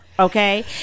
okay